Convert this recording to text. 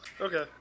Okay